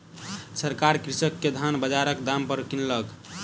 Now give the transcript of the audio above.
सरकार कृषक के धान बजारक दाम पर किनलक